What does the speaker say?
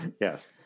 Yes